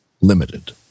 limited